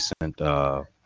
recent